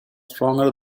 stronger